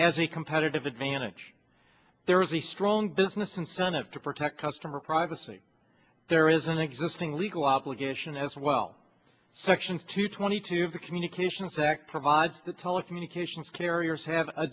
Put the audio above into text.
a competitive advantage there is a strong business incentive to protect customer privacy there is an existing legal obligation as well section two twenty two of the communications act provides that telecommunications carriers have a